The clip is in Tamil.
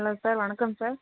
ஹலோ சார் வணக்கம் சார்